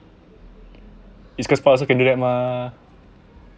east coast park also can do that mah